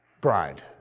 bride